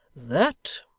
that,